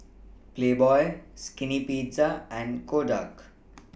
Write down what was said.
Playboy Skinny Pizza and Kodak